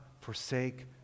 forsake